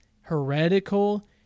heretical